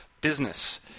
business